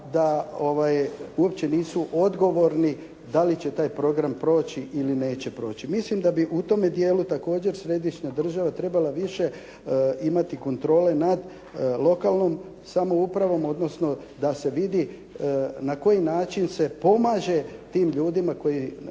da uopće nisu odgovorni da li će taj program proći ili neće proći. Mislim da bi u tome dijelu također središnja država trebala više imati kontrole nad lokalnom samoupravom odnosno da se vidi na koji način se pomaže tim ljudima koji